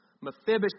Mephibosheth